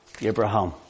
Abraham